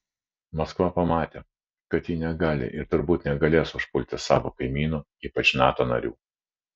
maskva pamatė kad ji negali ir turbūt negalės užpulti savo kaimynų ypač nato narių